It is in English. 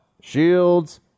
Shields